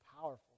powerful